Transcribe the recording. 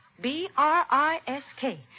B-R-I-S-K